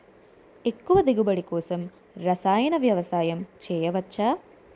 ఎక్కువ దిగుబడి కోసం రసాయన వ్యవసాయం చేయచ్చ?